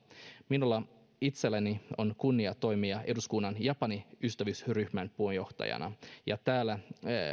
minulla itselläni on kunnia toimia eduskunnan japani ystävyysryhmän puheenjohtajana ja tällä